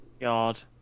God